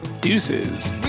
Deuces